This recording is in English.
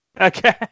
Okay